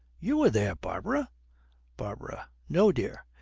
you were there, barbara barbara. no, dear.